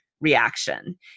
reaction